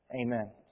Amen